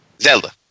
Zelda